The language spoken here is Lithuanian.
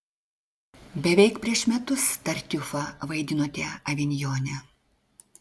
beveik prieš metus tartiufą vaidinote avinjone